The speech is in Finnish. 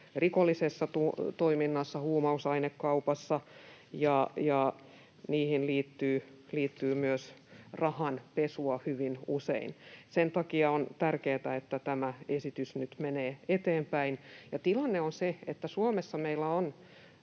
rikollisessa toiminnassa, huumausainekaupassa, ja niihin liittyy myös rahanpesua hyvin usein. Sen takia on tärkeätä, että tämä esitys nyt menee eteenpäin. Tilanne on se, että Suomessa meillä on,